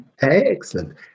Excellent